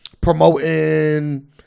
promoting